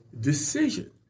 decision